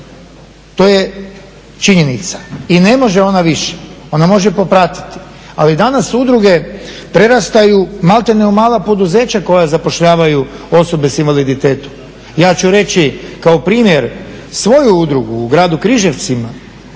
To je činjenica i ne može ona više. Ona može popratiti. Ali danas udruge prerastaju malte ne u mala poduzeća koja zapošljavaju osoba s invaliditetom. Ja ću reći kao primjer svoju udrugu u gradu Križevcima